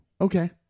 okay